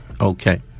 okay